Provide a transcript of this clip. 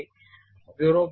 3 plus 0